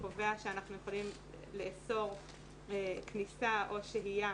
שקובע שאנחנו יכולים לאסור כניסה או שהייה